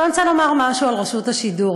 עכשיו, אני רוצה לומר משהו על רשות השידור.